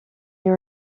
you